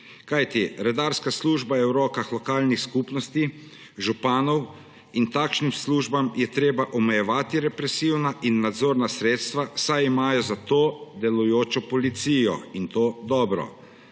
kajti redarska služba je v rokah lokalnih skupnosti, županov. Takšnim službam je treba omejevati represivna in nadzorna sredstva, saj imajo za to delujočo policijo, in to dobro.